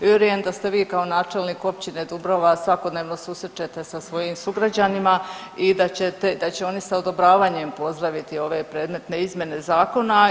Vjerujem da ste vi kao načelnik općine Dubrava svakodnevno susrećete sa svojim sugrađanima i da će oni sa odobravanjem pozdraviti ove predmetne izmjene zakona.